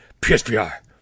PSVR